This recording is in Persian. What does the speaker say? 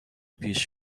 پیش